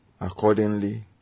accordingly